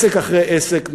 עסק אחרי עסק,